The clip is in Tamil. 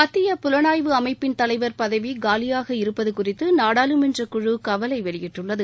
மத்திய புலனாய்வு அமைப்பின் தலைவர் பதவி காலியாக இருப்பது குறித்து நாடாளுமன்றக்குழு கவலை வெளியிட்டுள்ளது